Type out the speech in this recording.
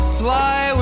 fly